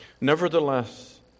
Nevertheless